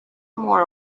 more